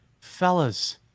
fellas